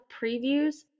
previews